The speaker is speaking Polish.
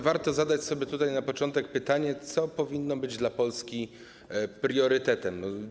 Warto zadać sobie tutaj na początek pytanie, co powinno być dla Polski priorytetem.